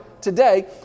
today